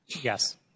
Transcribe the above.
Yes